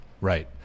Right